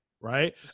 right